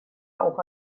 auch